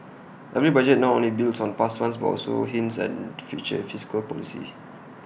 every budget not only builds on past ones but also hints at future fiscal policy